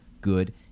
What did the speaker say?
good